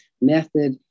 method